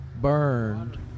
burned